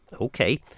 Okay